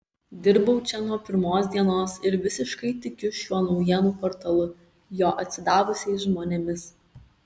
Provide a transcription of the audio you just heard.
dirbau čia nuo pirmos dienos ir visiškai tikiu šiuo naujienų portalu jo atsidavusiais žmonėmis